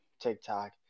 TikTok